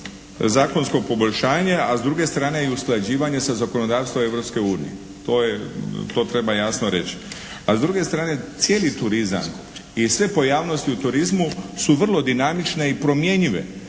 zakonsko poboljšanje a s druge strane i usklađivanje sa zakonodavstvom Europske unije. To treba jasno reći. A s druge strane cijeli turizam i sve pojavnosti u turizmu su vrlo dinamične i promjenjive.